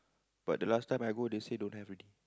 but the last time I go they say don't have already